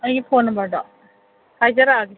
ꯑꯩꯒꯤ ꯐꯣꯟ ꯅꯝꯕꯔꯗꯣ ꯍꯥꯏꯖꯔꯛꯑꯒꯦ